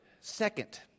Second